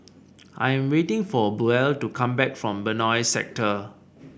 I'm waiting for Buell to come back from Benoi Sector